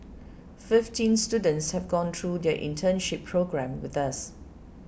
fifteen students have gone through their internship programme with us